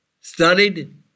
studied